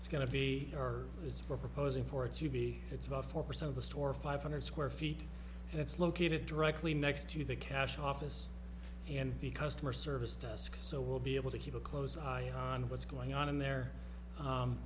it's going to be or is for proposing for it to be it's about four percent of the store five hundred square feet and it's located directly next to the cash office and be customer service desk so we'll be able to keep a close eye on what's going on in there